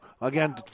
again